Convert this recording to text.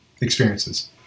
experiences